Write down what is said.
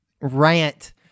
rant